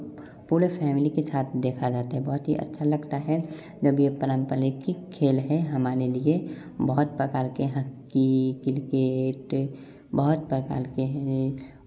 पूरे फैमली के साथ देखा जाता है बहुत ही अच्छा लगता है जो पारंपरिक खेल हैं हमारे लिए बहुत पकार हक्की किरकेट बहुत प्रकार के है यह